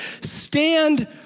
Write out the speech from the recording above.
stand